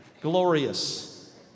glorious